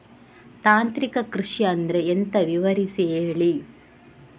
ತಾಂತ್ರಿಕ ಕೃಷಿ ಅಂದ್ರೆ ಎಂತ ವಿವರಿಸಿ ಹೇಳಿ